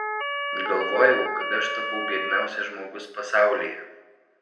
galvojau kad aš tapau biedniausias žmogus pasaulyje